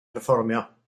perfformio